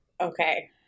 Okay